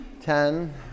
Ten